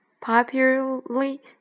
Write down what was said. popularly